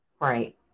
Right